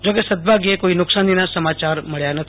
જોકે સદભાગ્યે કોઈ નકશાનોના સમાચાર મળ્યા નથી